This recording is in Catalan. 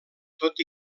tot